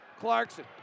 Clarkson